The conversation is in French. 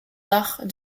arts